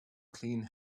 clean